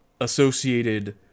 associated